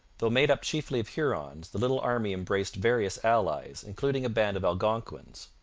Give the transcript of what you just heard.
though made up chiefly of hurons, the little army embraced various allies, including a band of algonquins.